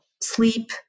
sleep